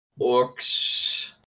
Orcs